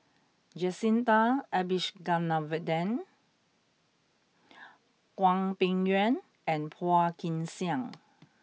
Jacintha Abisheganaden Hwang Peng Yuan and Phua Kin Siang